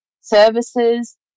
services